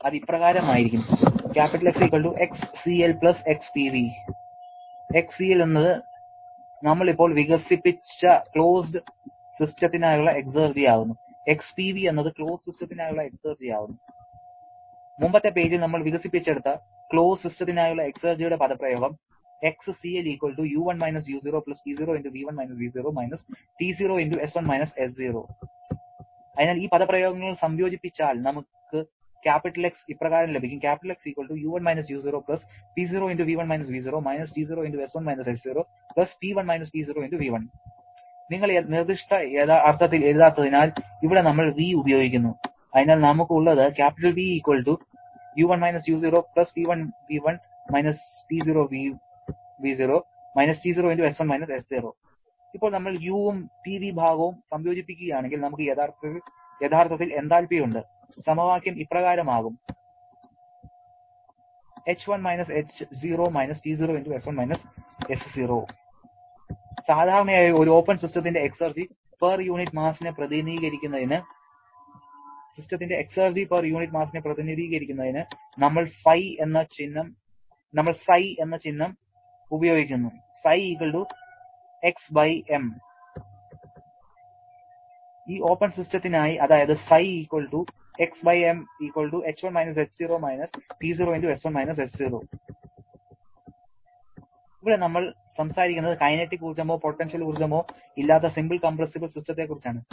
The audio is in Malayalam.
അത് ഇപ്രകാരമായിരിക്കും X Xcl XPv ഇവിടെ Xd എന്നത് നമ്മൾ ഇപ്പോൾ വികസിപ്പിച്ച ക്ലോസ്ഡ് സിസ്റ്റത്തിനായുള്ള എക്സർജി ആകുന്നു XPv എന്നത് ക്ലോസ്ഡ് സിസ്റ്റത്തിനായുള്ള എക്സർജി ആകുന്നു മുമ്പത്തെ പേജിൽ നമ്മൾ വികസിപ്പിച്ചെടുത്ത ക്ലോസ്ഡ് സിസ്റ്റത്തിനായുള്ള എക്സർജിയുടെ പദപ്രയോഗം അതിനാൽ ഈ പദപ്രയോഗങ്ങൾ സംയോജിപ്പിച്ചാൽ നമുക്ക് X ഇപ്രകാരം ലഭിക്കും നിങ്ങൾ നിർദ്ദിഷ്ട അർത്ഥത്തിൽ എഴുതാത്തതിനാൽ ഇവിടെ നമ്മൾ 'V' ഉപയോഗിക്കുന്നു അതിനാൽ നമുക്ക് ഉള്ളത് ഇപ്പോൾ നമ്മൾ U ഉം Pv ഭാഗവും സംയോജിപ്പിക്കുകയാണെങ്കിൽ നമുക്ക് യഥാർത്ഥത്തിൽ എന്താൽപി ഉണ്ട് സമവാക്യം ഇപ്രകാരമാകും സാധാരണയായി ഒരു ഓപ്പൺ സിസ്റ്റത്തിന്റെ എക്സർജി പെർ യൂണിറ്റ് മാസിനെ പ്രതിനിധീകരിക്കുന്നതിന് നമ്മൾ ψ എന്ന ചിഹ്നം ഉപയോഗിക്കുന്നു ഈ ഓപ്പൺ സിസ്റ്റത്തിനായി അതായത് ഇവിടെ നമ്മൾ സംസാരിക്കുന്നത് കൈനറ്റിക് ഊർജ്ജമോ പൊട്ടൻഷ്യൽ ഊർജ്ജമോ ഇല്ലാത്ത സിമ്പിൾ കംപ്രസ്സബിൾ സിസ്റ്റത്തെക്കുറിച്ചാണ്